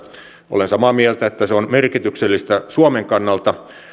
olen samaa mieltä että se on merkityksellistä suomen kannalta